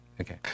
Okay